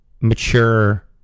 mature